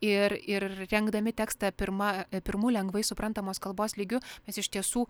ir ir rengdami tekstą pirma pirmu lengvai suprantamos kalbos lygiu mes iš tiesų